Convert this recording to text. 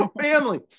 family